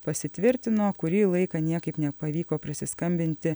pasitvirtino kurį laiką niekaip nepavyko prisiskambinti